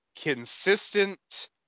consistent